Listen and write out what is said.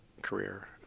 career